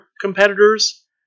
competitors